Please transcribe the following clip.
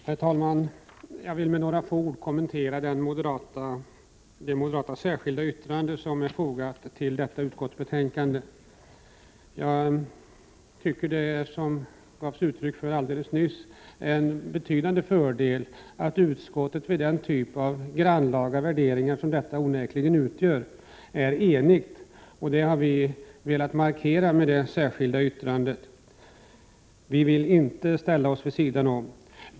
Herr talman! Jag vill med några få ord kommentera det moderata särskilda yttrande som är fogat till detta betänkande. Jag tycker, vilket det gavs uttryck för alldeles nyss, att det är en betydande fördel att utskottet, vid den typ av grannlaga värderingar som detta onekligen utgör, är enigt, och det har vi velat markera med det särskilda yttrandet. Vi vill inte ställa oss vid sidan om.